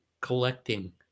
collecting